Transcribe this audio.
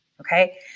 okay